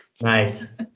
Nice